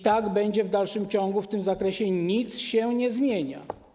Tak będzie w dalszym ciągu, w tym zakresie nic się nie zmienia.